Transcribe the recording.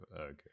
Okay